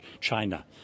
China